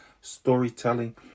storytelling